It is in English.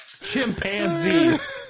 chimpanzees